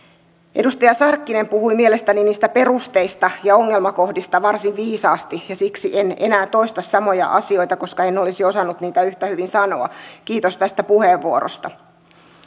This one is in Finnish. edustaja sarkkinen puhui mielestäni niistä perusteista ja ongelmakohdista varsin viisaasti ja siksi en enää toista samoja asioita koska en olisi osannut niitä yhtä hyvin sanoa kiitos tästä puheenvuorosta